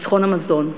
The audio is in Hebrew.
ביטחון המזון,